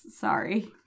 Sorry